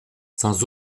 sans